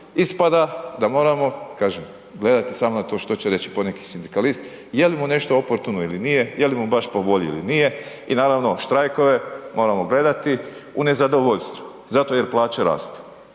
ispada da moramo gledati samo na to što će reći poneki sindikalist, jel mu nešto oportuno ili nije je li mu baš po volji ili nije i naravno štrajkove moramo gledati u nezadovoljstvu, zato jer plaće rastu.